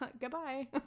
Goodbye